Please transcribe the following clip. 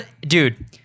dude